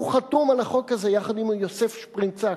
הוא חתום על החוק הזה יחד עם יוסף שפרינצק,